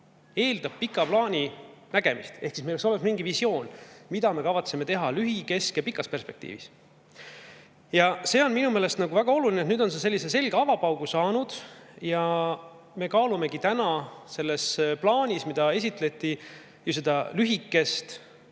eeldab pika plaani nägemist. Ehk siis meil peaks olema mingi visioon, mida me kavatseme teha lühi-, kesk- ja pikas perspektiivis. See on minu meelest väga oluline, et nüüd on see saanud sellise selge avapaugu. Ja me kaalumegi täna selles plaanis, mida esitleti, lühikest